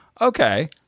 okay